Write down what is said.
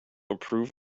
approve